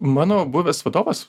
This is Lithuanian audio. mano buvęs vadovas